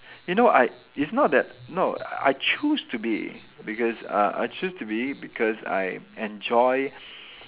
you know I it's not that no I choose to be because uh I choose to be because I enjoy